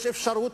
יש אפשרות,